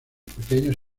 pequeños